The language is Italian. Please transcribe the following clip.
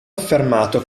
affermato